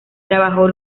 trabajó